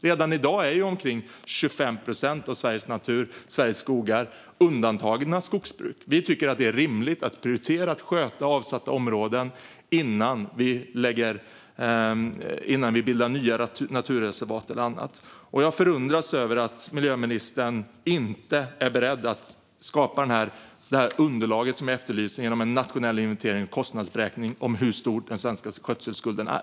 Redan i dag är omkring 25 procent av Sveriges skogar undantagna skogsbruk. Vi tycker att det är rimligt att prioritera att sköta avsatta områden innan vi bildar nya naturreservat eller annat. Jag förundras över att miljöministern inte är beredd att skapa det underlag som jag efterlyser genom en nationell inventering och en kostnadsberäkning av hur stor den svenska skötselskulden är.